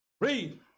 Read